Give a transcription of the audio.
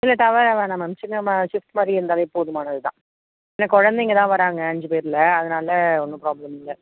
இல்லை டவரா வேணாம் மேம் சின்ன மா ஷிஃப்ட்மாரி இருந்தாலே போதுமானது தான் ஏன்னா குழந்தைங்கலாம் வராங்க அஞ்சு பேரில் அதனால் ஒன்றும் ப்ராபளம் இல்லை